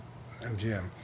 MGM